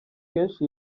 kenshi